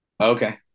Okay